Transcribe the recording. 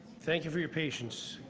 thank you for your patience.